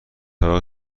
طبقه